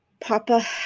Papa